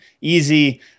easy